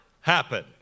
happen